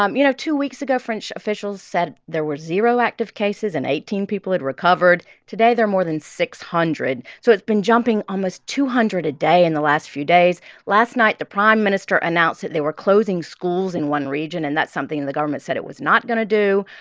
um you know, two weeks ago, french officials said there were zero active cases and eighteen people had recovered. today, there are more than six hundred. so it's been jumping almost two hundred a day in the last few days last night, the prime minister announced that they were closing schools in one region. and that's something the government said it was not going to do.